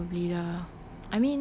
ya probably lah